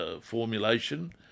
formulation